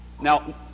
Now